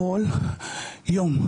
כל יום,